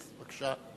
אז בבקשה.